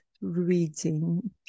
reading